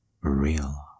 real